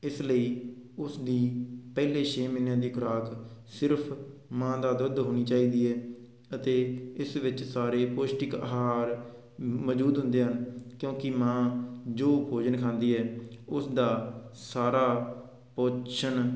ਇਸ ਲਈ ਉਸ ਦੀ ਪਹਿਲੇ ਛੇ ਮਹੀਨਿਆਂ ਦੀ ਖੁਰਾਕ ਸਿਰਫ ਮਾਂ ਦਾ ਦੁੱਧ ਹੋਣੀ ਚਾਹੀਦੀ ਹੈ ਅਤੇ ਇਸ ਵਿੱਚ ਸਾਰੇ ਪੋਸ਼ਟਿਕ ਆਹਾਰ ਮੌਜੂਦ ਹੁੰਦੇ ਹਨ ਕਿਉਂਕਿ ਮਾਂ ਜੋ ਭੋਜਨ ਖਾਂਦੀ ਹੈ ਉਸ ਦਾ ਸਾਰਾ ਪੋਸ਼ਣ